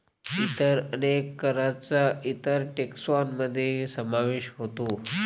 इतर अनेक करांचा इतर टेक्सान मध्ये समावेश होतो